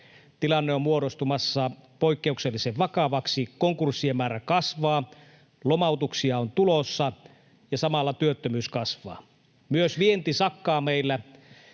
Tilanne on muodostumassa poikkeuksellisen vakavaksi: konkurssien määrä kasvaa, lomautuksia on tulossa, ja samalla työttömyys kasvaa. Myös vienti sakkaa meillä